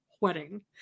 wedding